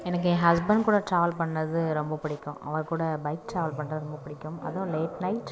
எனக்கு என் husband travel பண்ணிணது ரொம்ப பிடிக்கும் அவர் கூட பைக் ட்ராவல் பண்றது ரொம்ப பிடிக்கும் அதுவும் லேட் நைட்